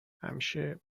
همیشه